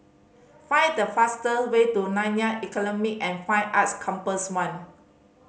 find the fastest way to Nanyang economy an Fine Arts Campus One